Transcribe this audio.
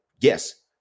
Yes